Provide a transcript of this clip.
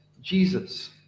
Jesus